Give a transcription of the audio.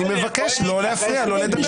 אני מבקש לא להפריע לו לדבר.